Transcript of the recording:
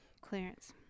clearance